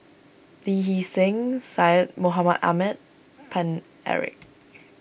Lee Hee Seng Syed Mohamed Ahmed Paine Eric